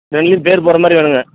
ரெண்டுலேயும் பேர் போடுற மாதிரி வேணுங்க